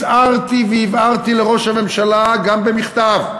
הצהרתי והבהרתי לראש הממשלה, גם במכתב,